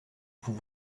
vous